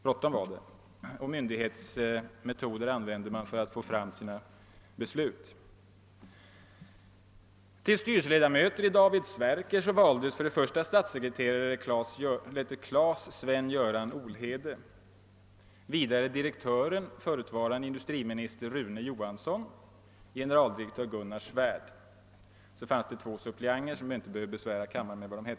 Bråttom var det. Och myndighetsmetoder använde man för att få fram sina beslut. Till styrelseledamöter i David Sverker valdes för det första statssekreterare Klas Sven-Göran Olhede samt vidare direktören, förutvarande inrikesministern Rune Johansson och generaldirektör Gunnar Svärd samt två personer vilkas namn jag inte behöver besvära kammaren med att nämna.